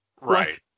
right